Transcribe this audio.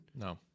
No